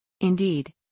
Indeed